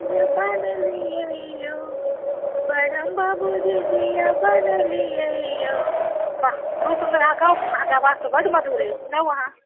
जे बनलियै यौ बरहम बाबू झिझिया बनलियै यौ वाह बहुत सुन्दर अहाँ गाउ अहाँके आवाज तऽ बड्ड मधुर अछि गाउ अहाँ